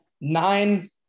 nine